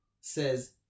says